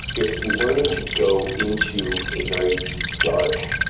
if learning to go into a very deep dark,